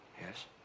Yes